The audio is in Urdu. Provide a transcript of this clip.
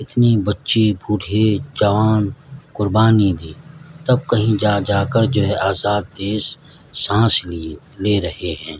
اتنے بچے بوڑھے جوان قربانی دی تب کہیں جا جا کر جو ہے آزاد دیش سانس لیے لے رہے ہیں